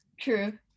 true